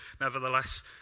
nevertheless